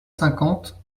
cinquante